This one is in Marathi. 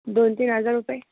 दोन तीन हजार रुपये